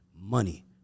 money